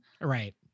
right